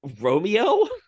Romeo